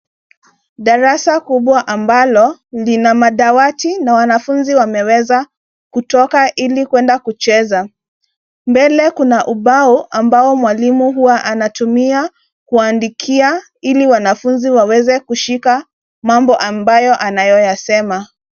Darasa kubwa ambalo lina madawati na wanafunzi wameweza kutoka ili kuenda kucheza. Mbele kuna ubao ambao mwalimu huwa anatumia kuandikia ili wanafunzi waweze kushika mambo ambayo anayoyasema.